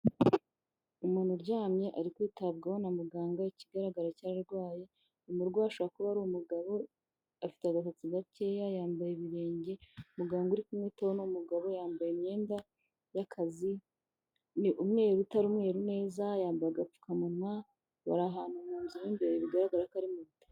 Umuntu uryamye ari kwitabwaho na muganga ikigaragara cyo ararwaye, uyu murwayi ashobora kuba ari umugabo, afite agasatsi gakeya, yambaye ibirenge, muganga uri kumwitaho n'umugabo, yambaye imyenda y'akazi, ni umweru utaru umwe neza, yambaye agapfukamunwa, bari ahantu mu nzu mu imbere bigaragara ko ari mu bitaro.